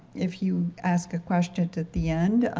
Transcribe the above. if you ask a question at the end,